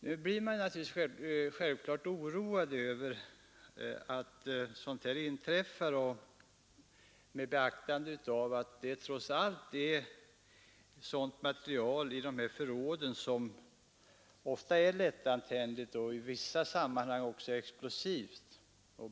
Man blir självfallet oroad över att sådant här inträffar, särskilt med tanke på att det i dessa förråd trots allt ofta förvaras materiel som är lättantändligt och i vissa sammanhang explosivt.